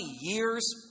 years